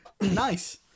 Nice